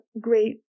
great